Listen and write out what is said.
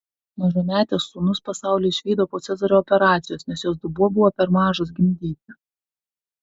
mažametės sūnus pasaulį išvydo po cezario operacijos nes jos dubuo buvo per mažas gimdyti